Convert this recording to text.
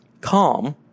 Calm